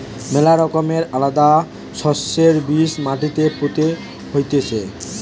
ম্যালা রকমের আলাদা শস্যের বীজ মাটিতে পুতা হতিছে